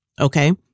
okay